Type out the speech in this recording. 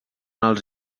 els